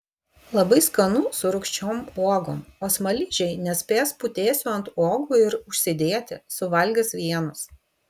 labai skanu su rūgščiom uogom o smaližiai nespės putėsių ant uogų ir užsidėti suvalgys vienus